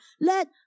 let